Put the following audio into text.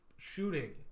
shooting